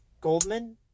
Goldman